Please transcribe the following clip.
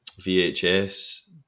VHS